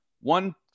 one